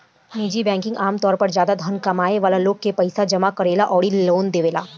निजी बैंकिंग आमतौर पर ज्यादा धन कमाए वाला लोग के पईसा जामा करेला अउरी लोन देवेला